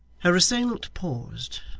her assailant paused,